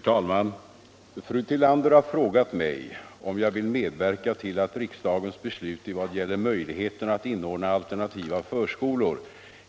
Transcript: Herr talman! Fru Tillander har frågat mig om jag vill medverka till att riksdagens beslut i vad gäller möjligheterna att inordna alternativa förskolor